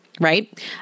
right